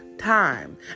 time